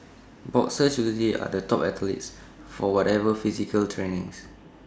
boxers usually are the top athletes for whatever physical training